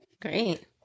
great